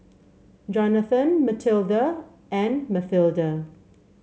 Johnathon Mathilda and Mathilda